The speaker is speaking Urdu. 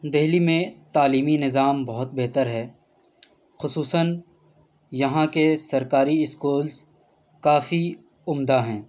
دہلی میں تعلیمی نظام بہت بہتر ہے خصوصاً یہاں کے سرکاری اسکولس کافی عمدہ ہیں